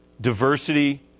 diversity